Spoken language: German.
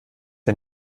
der